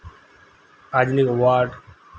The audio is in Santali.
ᱟᱡᱱᱤᱝ ᱚᱣᱟᱨᱰ